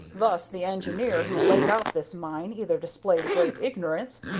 thus the engineer who laid out this mine either displayed great ignorance,